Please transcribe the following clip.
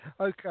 Okay